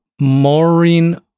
Maureen